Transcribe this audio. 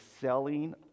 selling